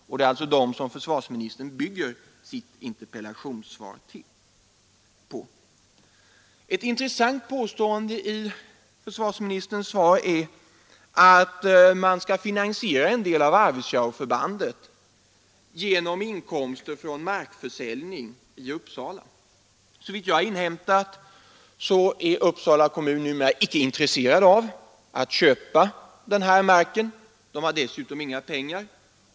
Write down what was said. Och det är alltså de siffrorna som försvarsministern bygger sitt interpellationssvar Ett intressant uttalande i försvarsministerns svar är att man skall finansiera en del av Arvidsjaurförbandet med inkomster från markförsäljning i Uppsala. Enligt vad jag inhämtat är emellertid Uppsala kommun inte intresserad av att köpa ifrågavarande mark. Dessutom har kommunen inga pengar.